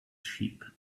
sheep